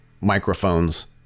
microphones